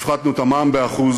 הפחתנו את המע"מ ב-1%,